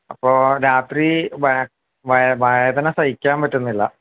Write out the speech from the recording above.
അപ്പോള് രാത്രിയില് വേദന സഹിക്കാൻ പറ്റുന്നില്ല